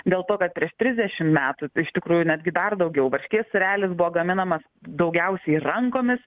dėl to kad prieš trisdešimt metų iš tikrųjų netgi dar daugiau varškės sūrelis buvo gaminamas daugiausiai rankomis